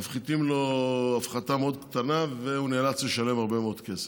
מפחיתים לו הפחתה מאוד קטנה והוא נאלץ לשלם הרבה מאוד כסף.